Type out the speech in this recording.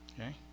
okay